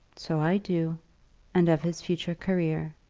so i do and of his future career.